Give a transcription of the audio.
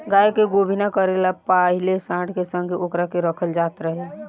गाय के गोभिना करे ला पाहिले सांड के संघे ओकरा के रखल जात रहे